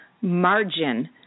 margin